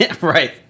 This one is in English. Right